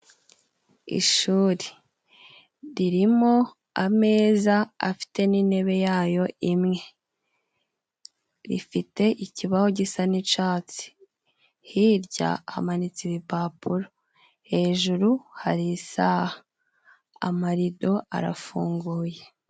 Ishuri ririmo ameza afite n'intebe yayo imwe. Rifite ikibaho gisa n'icatsi. Hirya hamanitse ibipapuro, hejuru hari isaha, amarido arafunguye.